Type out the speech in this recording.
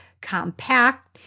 compact